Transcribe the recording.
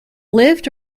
lift